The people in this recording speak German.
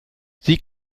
sie